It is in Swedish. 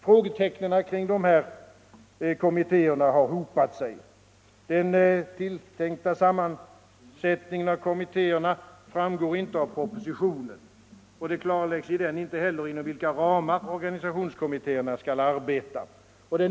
Frågetecknen kring de här kommittéerna har hopat sig. Den tilltänkta sammansättningen av kommittéerna framgår inte av propositionen, och det klarläggs inte heller inom vilka ramar organisationskommittéerna skall arbeta.